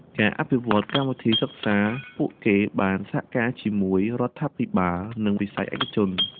ការអភិវឌ្ឍកម្មវិធីសិក្សាពួកគេបានសហការជាមួយរដ្ឋាភិបាល និងវិស័យឯកជន។